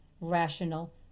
rational